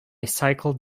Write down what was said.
cycled